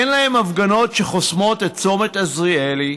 אין להם הפגנות שחוסמות את צומת עזריאלי,